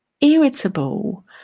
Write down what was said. irritable